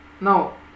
Now